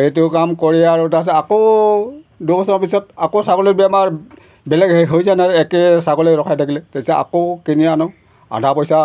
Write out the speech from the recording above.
এইটো কাম কৰি আৰু তাৰপিছত আকৌ দুবছৰ পিছত আকৌ ছাগলীৰ বেমাৰ বেলেগ হৈ যায় নহয় একে ছাগলী ৰখাই থাকিলে তাৰপিছত আকৌ কিনি আনো আধা পইচা